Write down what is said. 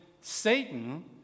Satan